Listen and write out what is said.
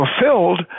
fulfilled